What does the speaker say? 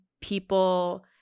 people